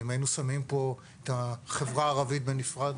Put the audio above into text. אם היינו שמים פה את החברה הערבית בנפרד,